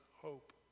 hope